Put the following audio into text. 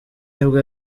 nibwo